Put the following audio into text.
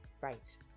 right